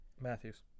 Matthews